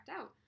out